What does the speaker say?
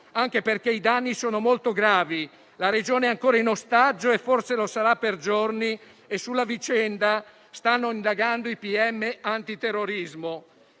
anche perché i danni sono molto gravi. La Regione è ancora in ostaggio e forse lo sarà per giorni e sulla vicenda stanno indagando i pubblici